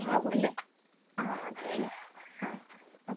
ആവും അല്ലേ ആ അതെ അല്ലേ ആ ആ